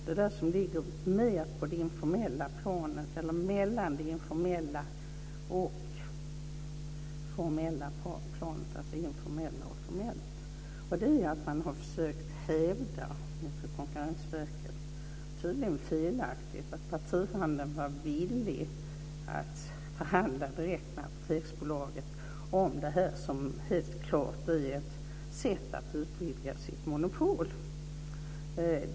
Det där som ligger mer på det informella planet, eller mellan det informella och det formella planet, är att man inför Konkurrensverket har försökt hävda, tydligen felaktigt, att partihandeln var villig att förhandla direkt med Apoteksbolaget om det här som helt klart är ett sätt att utvidga sitt monopol.